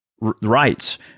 rights